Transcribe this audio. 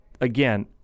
again